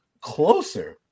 closer